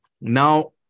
Now